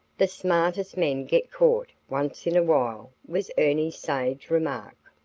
the smartest men get caught once in a while, was ernie's sage remark.